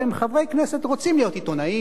חברי כנסת רוצים להיות עיתונאים.